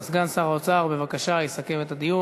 סגן שר האוצר יצחק כהן, בכבוד.